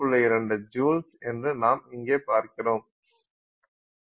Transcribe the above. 2 joules என்று நாம் இங்கே பார்க்கிறோம்